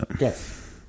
Yes